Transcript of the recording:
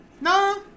No